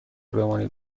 بمانید